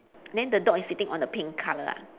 then the dog is sitting on the pink colour ah